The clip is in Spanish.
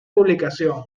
publicación